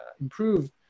improve